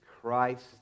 Christ